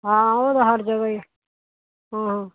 ਹਾਂ ਉਹ ਤਾਂ ਹਰ ਜਗ੍ਹਾ ਹੀ ਆ ਹਾਂ ਹਾਂ